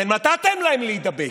אתם נתתם להם להידבק.